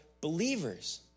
Believers